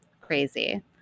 crazy